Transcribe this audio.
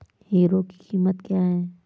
Hero की कीमत क्या है?